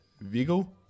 Vigo